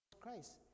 Christ